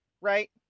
right